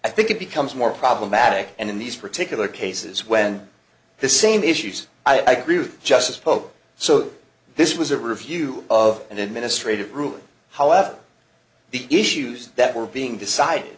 i think it becomes more problematic and in these particular cases when the same issues i group just spoke so this was a review of an administrative ruling however the issues that were being decided